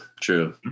true